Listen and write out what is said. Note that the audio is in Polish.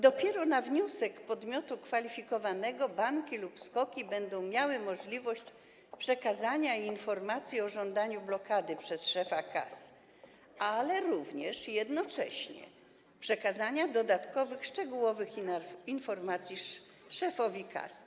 Dopiero na wniosek podmiotu kwalifikowanego banki lub SKOK-i będą miały możliwość przekazania informacji o żądaniu blokady przez szefa KAS, ale jednocześnie obowiązek przekazania dodatkowych, szczegółowych informacji szefowi KAS.